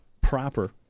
proper